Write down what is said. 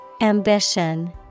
Ambition